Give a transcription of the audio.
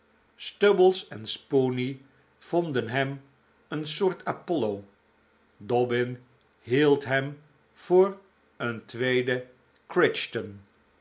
stubbles en spoony vonden hem een soort apollo dobbin hield hem voor een tweeden